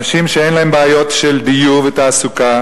אנשים שאין להם בעיות של דיור ותעסוקה,